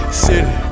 city